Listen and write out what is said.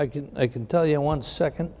i can i can tell you one second